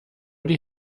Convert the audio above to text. die